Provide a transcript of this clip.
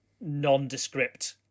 nondescript